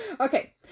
Okay